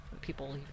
people